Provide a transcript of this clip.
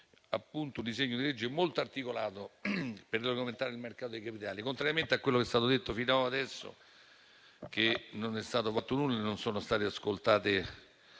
atto un disegno di legge molto articolato per regolamentare il mercato dei capitali, contrariamente a quello che è stato detto fino adesso, cioè che non è stato fatto nulla e che non sono state ascoltate